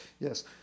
yes